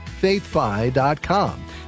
faithfi.com